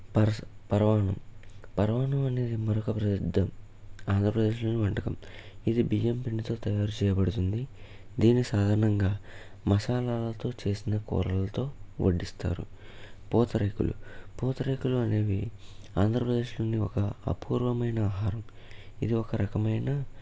పరసు పరవాన్నం పరమాన్నం అనేది మరొక్క ప్రసిద్ధం ఆంధ్రప్రదేశ్లోని వంటకం ఇది బియ్యం పిండితో తయారు చేయబడుతుంది దీని సాధారణంగా మసాలాలతో చేసిన కూరలతో వడ్డిస్తారు పూతరేకులు పూతరేకులు అనేవి ఆంధ్రప్రదేశ్లోని ఒక అపూర్వమైన ఆహారం ఇది ఒక రకమైన